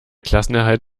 klassenerhalt